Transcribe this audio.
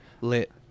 Lit